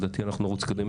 לדעתי, אנחנו נרוץ קדימה.